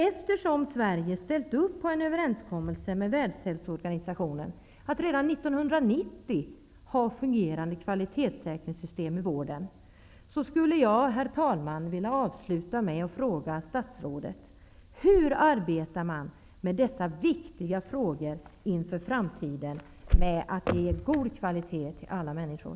Eftersom Sverige ställt upp på en överenskommelse med Världshälsoorganisationen att redan 1990 ha ett fungerande kvalitessäkringssystem i vården, skulle jag vilja avsluta med att fråga statsrådet: Hur arbetar man med dessa viktiga frågor för framtiden, med att ge god kvalitet till alla människor?